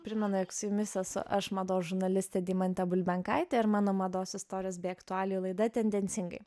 primenu jog su jumis esu aš mados žurnalistė deimantė bulbenkaitė ir mano mados istorijos bei aktualijų laida tendencingai